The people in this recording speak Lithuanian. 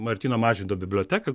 martyno mažvydo biblioteka